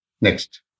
Next